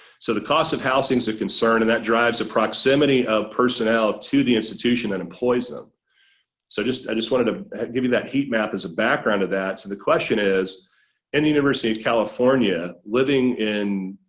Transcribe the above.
so the cost of housing is a concern and that drives the proximity of personnel to the institution that employs them so just i just wanted to give you that heat map as a background of that. so the question is in the university of california living in,